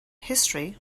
history